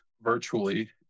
virtually